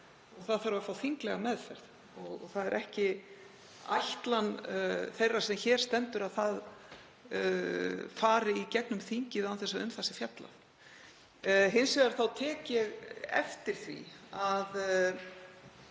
og það þarf að fá þinglega meðferð. Það er ekki ætlan þeirra sem hér stendur að frumvarpið fari í gegnum þingið án þess að um það sé fjallað. Hins vegar tek ég eftir því að